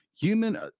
human